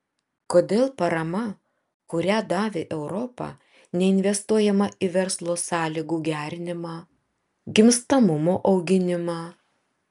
kodėl parama kurią davė europa neinvestuojama į verslo sąlygų gerinimą gimstamumo auginimą